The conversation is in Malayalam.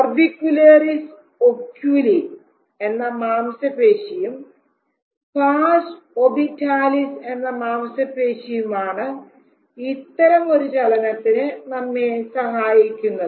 ഓർബിക്കുലേറിസ് ഒക്യൂലി എന്ന മാംസപേശിയും പാർസ് ഓർബിറ്റാലിസ് എന്ന് മാംസപേശിയുമാണ് ഇത്തരമൊരു ചലനത്തിന് നമ്മെ സഹായിക്കുന്നത്